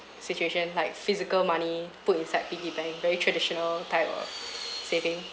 situation like physical money put inside piggyback very traditional type of saving